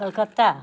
Calcutta